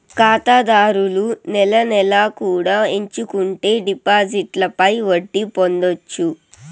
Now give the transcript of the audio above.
ఖాతాదారులు నెల నెలా కూడా ఎంచుకుంటే డిపాజిట్లపై వడ్డీ పొందొచ్చు